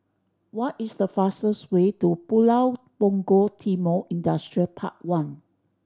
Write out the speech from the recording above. what is the fastest way to Pulau Punggol Timor Industrial Park One